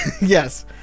Yes